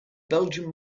belgian